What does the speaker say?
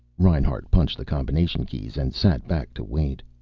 reinhart punched the combination keys and sat back to wait.